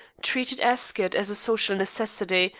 treated ascot as a social necessity,